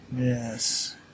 Yes